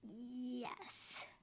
Yes